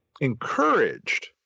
encouraged